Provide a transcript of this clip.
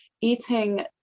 eating